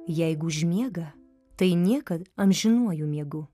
jeigu užmiega tai niekad amžinuoju miegu